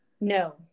No